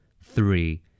Three